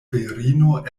virino